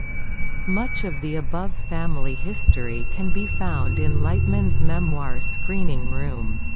much of the above family history can be found in lightman's memoir screening room.